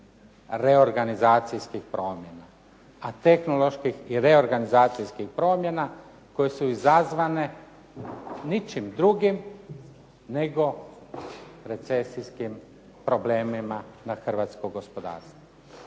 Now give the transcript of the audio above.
reorganizacijskih promjena. A tehnoloških i reorganizacijskih promjena koje su izazvane ničim drugim, nego recesijskim problemima na hrvatsko gospodarstvo.